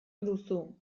duzu